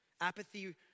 Apathy